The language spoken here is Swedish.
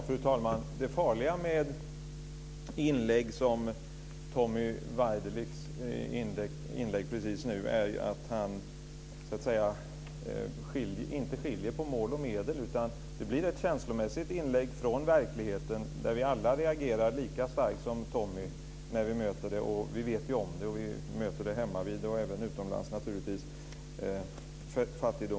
Fru talman! Det farliga med ett inlägg som det Tommy Waidelich precis gjorde är att han inte skiljer på mål och medel. Det blir ett känslomässigt inlägg från verkligheten, där vi alla reagerar lika starkt som Tommy när vi möter fattigdomen och svälten. Vi vet ju om detta. Vi möter det hemmavid och även utomlands.